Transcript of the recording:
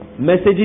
messages